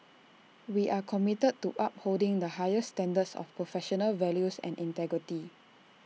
we are committed to upholding the highest standards of professional values and integrity